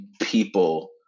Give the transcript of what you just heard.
people